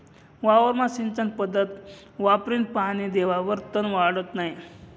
वावरमा सिंचन पध्दत वापरीन पानी देवावर तन वाढत नै